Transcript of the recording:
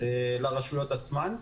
לרשויות עצמן.